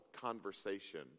conversation